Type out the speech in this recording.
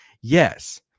yes